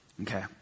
Okay